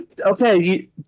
okay